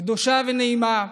קדושה ונעימה,